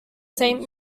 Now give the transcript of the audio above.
saint